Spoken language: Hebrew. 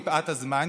מפאת הזמן,